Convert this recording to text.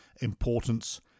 importance